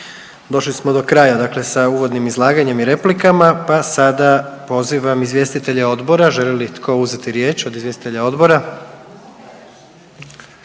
Došli smo do kraja dakle sa uvodnim izlaganjem i replikama pa sada pozivam izvjestitelje odbora, želi li tko uzeti riječ od izvjestitelja odbora?